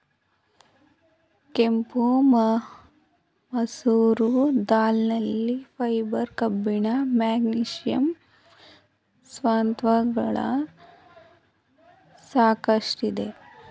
ಕೆಂಪು ಮಸೂರ್ ದಾಲ್ ನಲ್ಲಿ ಫೈಬರ್, ಕಬ್ಬಿಣ, ಮೆಗ್ನೀಷಿಯಂ ಸತ್ವಗಳು ಸಾಕಷ್ಟಿದೆ